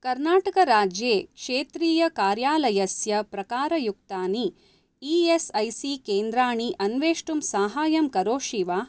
कर्नाटकराज्ये क्षेत्रीयकार्यालयस्य प्रकारयुक्तानि ई एस् ऐ सी केन्द्राणि अन्वेष्टुं साहाय्यं करोषि वा